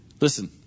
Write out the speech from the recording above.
Listen